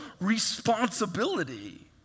responsibility